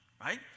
right